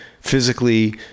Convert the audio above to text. physically